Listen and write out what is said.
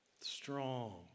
Strong